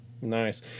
Nice